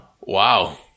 Wow